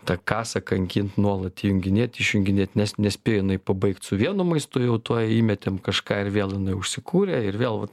ta kasą kankinti nuolat junginėt išjunginėt nes nespėja jinai pabaigt su vienu maistu jau tuoj įmetėm kažką ir vėl jinai užsikūrė ir vėl